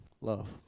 Love